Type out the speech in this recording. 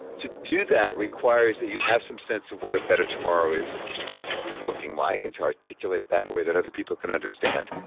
to do that requires that you have some sense of what a better tomorrow looking like and to articulate that in a way that other people can understand.